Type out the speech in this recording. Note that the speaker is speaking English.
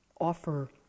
offer